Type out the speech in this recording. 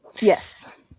Yes